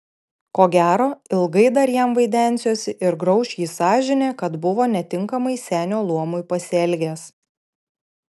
ko gero ilgai dar jam vaidensiuosi ir grauš jį sąžinė kad buvo netinkamai senio luomui pasielgęs